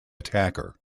attacker